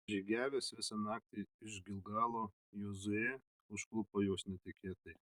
žygiavęs visą naktį iš gilgalo jozuė užklupo juos netikėtai